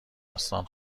استان